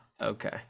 okay